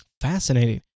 fascinating